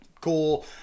cool